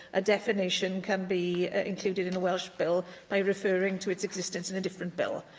a definition can be included in a welsh bill by referring to its existence in a different bill.